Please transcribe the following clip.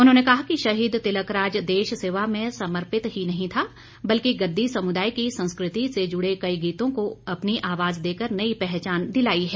उन्होंने कहा कि शहीद तिलकराज देश सेवा में समर्पित ही नहीं था बल्कि गददी समुदाय की संस्कृति से जुड़े कई गीतों को अपनी आवाज देकर नई पहचान दिलाई है